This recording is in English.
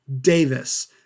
Davis